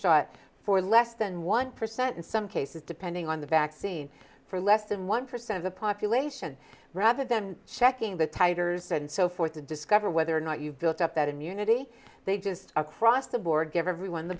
shot for less than one percent in some cases depending on the vaccine for less than one percent of the population rather than checking the titers and so forth to discover whether or not you've built up that immunity they just across the board give everyone the